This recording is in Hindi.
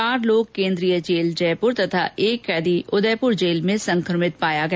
चार लोग केंद्रीय जेल जयपुर तथा एक कैदी उदयपुर जेल में संक्रमित पाया गया